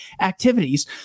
activities